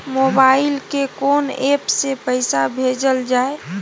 Mobile के कोन app से पैसा भेजल जाए?